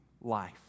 life